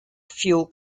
fuel